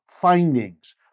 findings